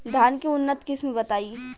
धान के उन्नत किस्म बताई?